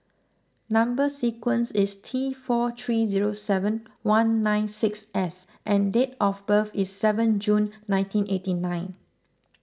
Number Sequence is T four three zero seven one nine six S and date of birth is seven June nineteen eighty nine